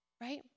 right